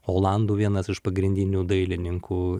olandų vienas iš pagrindinių dailininkų